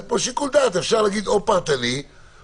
צריך פה שיקול דעת, אפשר להגיד או פרטני או